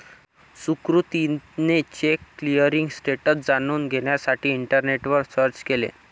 सुकृतीने check clearing status जाणून घेण्यासाठी इंटरनेटवर सर्च केले